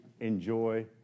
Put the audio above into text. enjoy